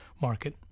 market